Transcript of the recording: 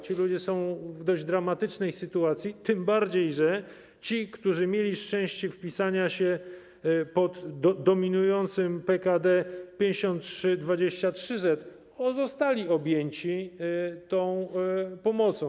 Ci ludzie są w dość dramatycznej sytuacji, tym bardziej że ci, którzy mieli szczęście wpisania się pod dominującym PKD 53.23.Z, zostali objęci tą pomocą.